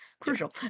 crucial